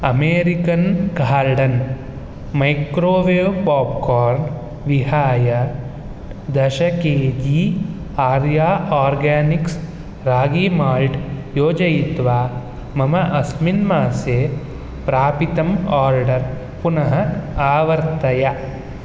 American garden microwave popcorn विहाय दश K G Arya organics ragi malt योजयित्वा मम अस्मिन् मासे प्रापितम् आर्डर् पुनः आवर्तय